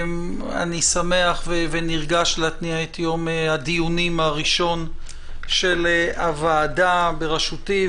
אני שמח ונרגש להתניע את יום הדיונים הראשון של הוועדה בראשותי,